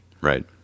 Right